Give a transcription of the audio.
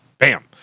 bam